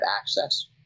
access